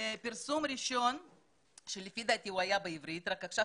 פרסום ראשון שלפי דעתי הוא היה בעברית אלא שעכשיו